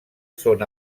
són